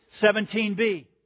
17b